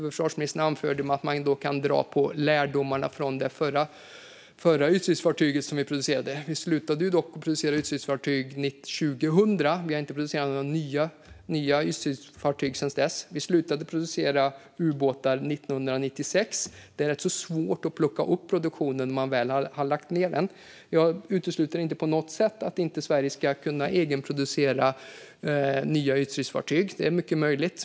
Försvarsministern anförde att man kan dra nytta av lärdomarna från det förra ytstridsfartyget som vi producerade. Vi slutade dock att producera ytstridsfartyg 2000 och har inte producerat några nya ytstridsfartyg sedan dess. Vi slutade att producera ubåtar 1996. Det är rätt svårt att plocka upp produktion när man väl har lagt ned den. Jag utesluter inte på något sätt att Sverige ska kunna egenproducera nya ytstridsfartyg. Det är mycket möjligt.